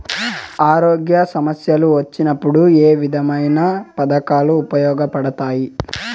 ఆరోగ్య సమస్యలు వచ్చినప్పుడు ఏ విధమైన పథకాలు ఉపయోగపడతాయి